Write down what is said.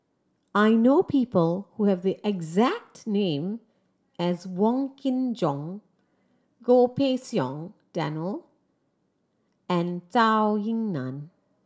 I know people who have the exact name as Wong Kin Jong Goh Pei Siong Daniel and Zhou Ying Nan